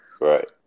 Right